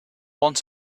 want